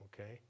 okay